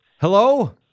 Hello